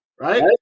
right